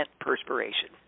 perspiration